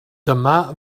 dyma